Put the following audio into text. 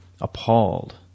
appalled